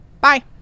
Bye